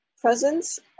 presence